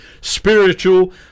spiritual